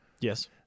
yes